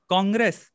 Congress